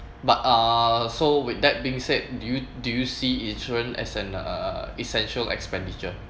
but uh so with that being said do you do you see insurance as an uh essential expenditure